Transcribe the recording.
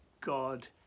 God